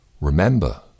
Remember